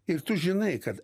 ir tu žinai kad